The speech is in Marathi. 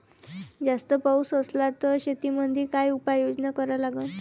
जास्त पाऊस असला त शेतीमंदी काय उपाययोजना करा लागन?